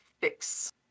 fix